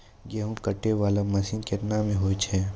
गेहूँ काटै वाला मसीन केतना मे होय छै?